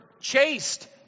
chased